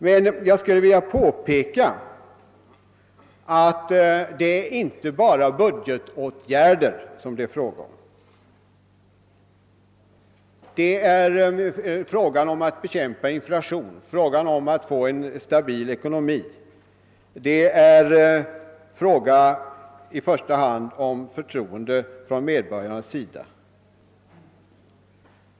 Jag skulle emellertid vilja påpeka att det inte bara är fråga om budgetåtgärder — målsättningen att bekämpa inflationen och åstadkomma en stabil ekonomi uppnås i första hand genom att vinna medborgarnas förtroende.